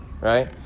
right